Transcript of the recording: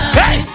hey